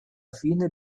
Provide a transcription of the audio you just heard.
fine